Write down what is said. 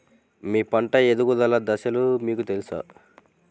మీ పంట ఎదుగుదల దశలు మీకు తెలుసా?